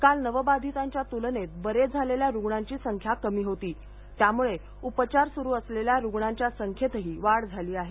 काल नवबाधितांच्या तुलनेत बरे झालेल्या रुग्णांची संख्या कमी होती त्यामुळे उपचार सुरु असलेल्या रुग्णांच्या संख्येतही वाढ झाली आहे